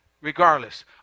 regardless